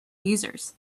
users